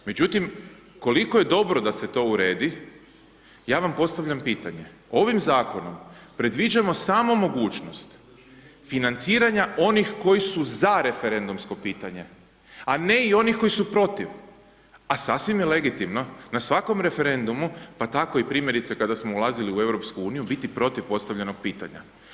Međutim, koliko je dobro da se to uredi, ja vam postavljam pitanje, ovim zakonom, predviđamo samo mogućnost financiranja onih koji su za referendumsko pitanje ne i onih koji su protiv, a sasvim je legitimno na svakom referendumu, pa tako i primjerice, kada smo ulazili u EU, biti protiv postavljenog pitanja.